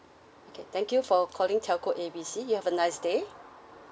okay thank you for calling telco A B C you have a nice day